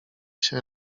się